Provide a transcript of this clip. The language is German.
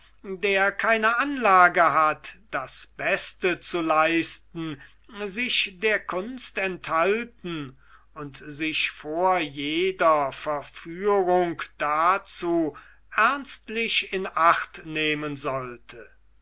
der keine anlage hat das beste zu leisten sich der kunst enthalten und sich vor jeder verführung dazu ernstlich in acht nehmen sollte